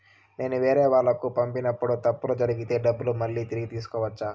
నేను వేరేవాళ్లకు పంపినప్పుడు తప్పులు జరిగితే డబ్బులు మళ్ళీ తిరిగి తీసుకోవచ్చా?